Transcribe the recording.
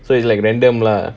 so it's like random lah